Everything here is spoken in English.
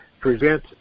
present